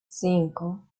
cinco